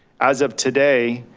as of today,